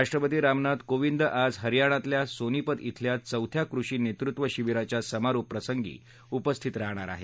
राष्ट्रपती रामनाथ कोविंद आज हरयाणातल्या सोनीपत बेल्या चौथ्या कृषी नेतृत्व शिविराच्या समारोप प्रसंगी उपस्थित राहणार आहेत